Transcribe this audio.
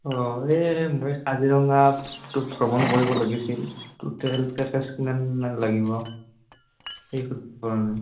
অঁ এই মই কাজিৰঙাটো ভ্ৰমণ কৰিব লাগিছিল টাটেল পেকেজ কিমানমান লাগিব সেই সুধিব কাৰণে